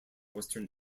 western